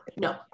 no